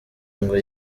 ngo